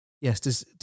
Yes